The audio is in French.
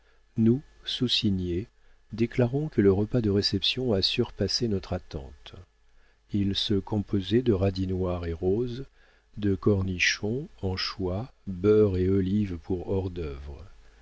nous soussignés déclarons que le repas de réception a surpassé notre attente il se composait de radis noirs et roses de cornichons anchois beurre et olives pour hors dœuvre